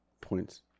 points